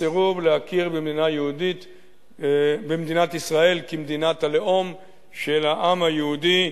הסירוב להכיר במדינת ישראל כמדינת הלאום של העם היהודי.